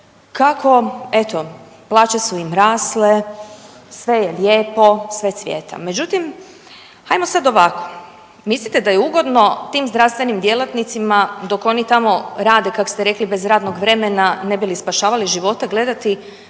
kako eto, plaće su im rasle, sve je lijepo, sve cvjeta. Međutim, hajmo sad ovako. Mislite da je ugodno tim zdravstvenim djelatnicima dok oni tamo rade, kak ste rekli, bez radnog vremena, ne bi li spašavali živote, gledati